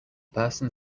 person